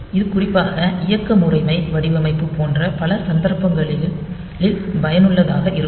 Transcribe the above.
இது குறிப்பாக இயக்க முறைமை வடிவமைப்பு போன்ற பல சந்தர்ப்பங்களில் பயனுள்ளதாக இருக்கும்